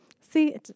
See